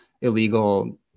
illegal